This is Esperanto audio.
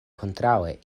kontraŭe